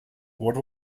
what